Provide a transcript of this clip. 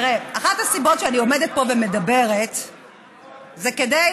אחת הסיבות שאני עומדת פה ומדברת היא כדי,